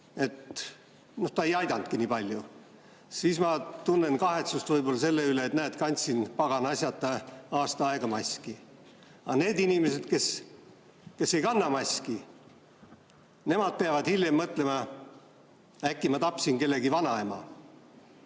et see ei aidanudki väga palju, siis ma tunnen kahetsust selle pärast, et näed, kandsin, pagan, asjata aasta aega maski. Aga need inimesed, kes ei kanna maski, peavad hiljem mõtlema: äkki ma tapsin kellegi vanaema